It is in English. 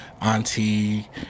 auntie